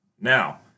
Now